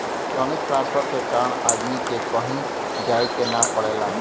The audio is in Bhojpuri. इलेक्ट्रानिक ट्रांसफर के कारण आदमी के कहीं जाये के ना पड़ेला